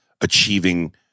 achieving